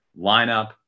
lineup